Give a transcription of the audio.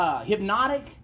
Hypnotic